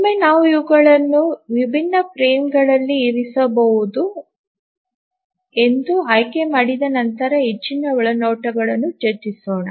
ಒಮ್ಮೆ ನಾವು ಇವುಗಳನ್ನು ವಿಭಿನ್ನ ಫ್ರೇಮ್ಗಳಲ್ಲಿ ಇರಿಸಬಹುದು ಎಂದು ಆಯ್ಕೆ ಮಾಡಿದ ನಂತರ ಹೆಚ್ಚಿನ ಒಳನೋಟಗಳನ್ನು ಚರ್ಚಿಸೋಣ